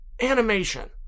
animation